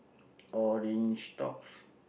orange tops